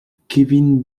kevin